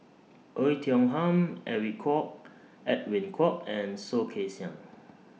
Oei Tiong Ham Edwin Koek Edwin Koek and Soh Kay Siang